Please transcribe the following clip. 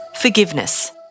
forgiveness